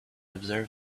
observe